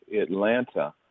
Atlanta